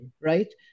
right